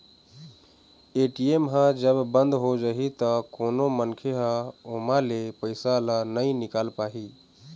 ATM ह जब बंद हो जाही त कोनो मनखे ह ओमा ले पइसा ल नइ निकाल पाही